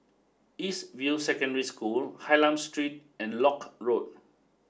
East View Secondary School Hylam Street and Lock Road